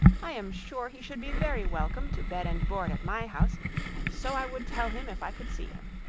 i am sure he should be very welcome to bed and board at my house and so i would tell him if i could see him.